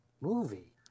movie